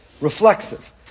Reflexive